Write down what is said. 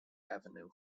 avenue